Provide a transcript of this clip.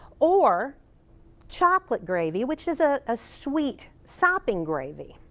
or chocolate gravy which is a ah sweet sopping gravy.